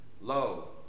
Lo